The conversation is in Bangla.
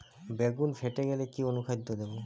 বেগুন ফেটে গেলে কি অনুখাদ্য দেবো?